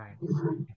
right